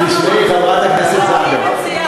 אתה כבר רגיל, זה לא נורא.